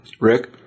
Rick